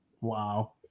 Wow